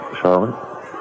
Charlotte